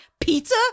Pizza